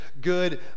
good